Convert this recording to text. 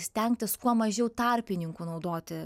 stengtis kuo mažiau tarpininkų naudoti